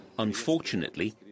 Unfortunately